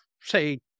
say